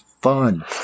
fun